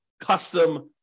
custom